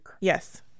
Yes